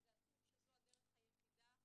וזה עצוב שזו הדרך היחידה.